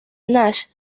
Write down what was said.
nash